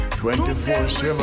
24-7